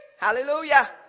Hallelujah